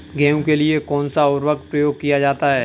गेहूँ के लिए कौनसा उर्वरक प्रयोग किया जाता है?